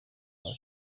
kuri